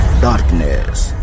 Darkness